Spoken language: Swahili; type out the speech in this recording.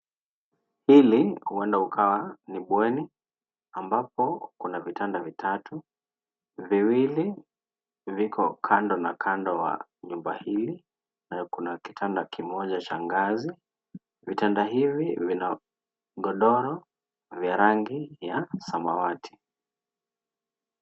Hili huenda ukawa ni bweni ambapo kuna vitanda vitatu viwili viko kando na kando wa jumba hili na kuna kitanda kimoja cha ngazi vitanda hivi vina godoro vya rangi ya samawati.